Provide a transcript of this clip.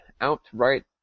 outright